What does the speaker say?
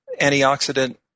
antioxidant